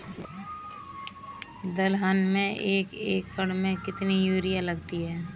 दलहन में एक एकण में कितनी यूरिया लगती है?